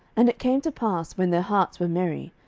and it came to pass, when their hearts were merry,